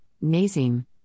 Nazim